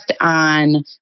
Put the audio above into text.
on